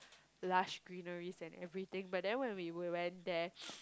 lush greeneries and everything but then when we were went there